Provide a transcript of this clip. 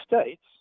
States